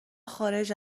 خارج